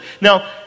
Now